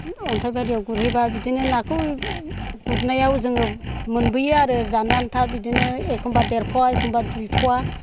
अन्थायबारियाव गुरहैब्ला बिदिनो नाखौ गुरनायाव जों मोनबोयो आरो जानो आन्था बिदिनो एखनब्ला देरफ'वा एखनब्ला दुइफ'वा